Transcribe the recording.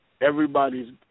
everybody's